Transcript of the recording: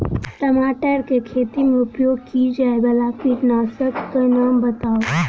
टमाटर केँ खेती मे उपयोग की जायवला कीटनासक कऽ नाम बताऊ?